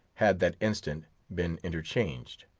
had that instant been interchanged.